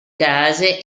case